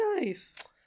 Nice